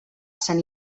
sant